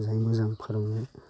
मोजाङै मोजां फोरोंनो